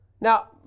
now